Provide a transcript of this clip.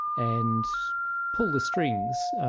and pull the strings,